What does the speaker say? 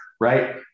right